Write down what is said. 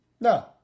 No